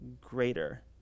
greater